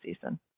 season